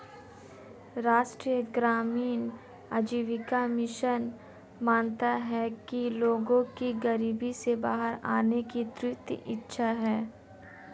राष्ट्रीय ग्रामीण आजीविका मिशन मानता है कि लोगों में गरीबी से बाहर आने की तीव्र इच्छा है